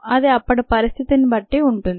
అది అప్పటి పరిస్థితిని బట్టి ఉంటుంది